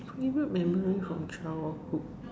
favourite memory from childhood